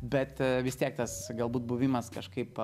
bet vis tiek tas galbūt buvimas kažkaip